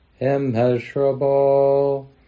immeasurable